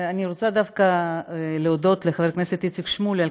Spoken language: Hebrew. אני רוצה דווקא להודות לחבר הכנסת איציק שמולי על